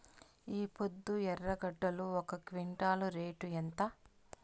ఈపొద్దు ఎర్రగడ్డలు ఒక క్వింటాలు రేటు ఎంత?